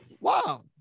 Wow